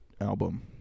album